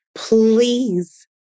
Please